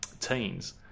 teens